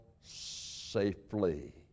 safely